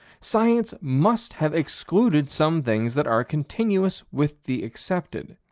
science must have excluded some things that are continuous with the accepted.